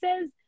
says